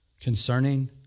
concerning